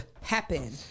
happen